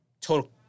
total